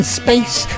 space